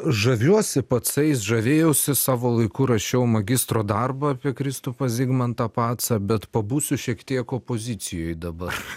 žaviuosi pacais žavėjausi savo laiku rašiau magistro darbą apie kristupą zigmantą pacą bet pabūsiu šiek tiek opozicijoj dabar